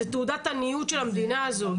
זה תעודת עניות של המדינה הזאת.